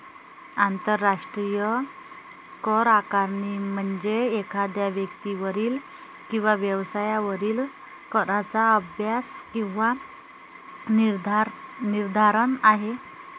आंतरराष्ट्रीय करआकारणी म्हणजे एखाद्या व्यक्तीवरील किंवा व्यवसायावरील कराचा अभ्यास किंवा निर्धारण आहे